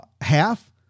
half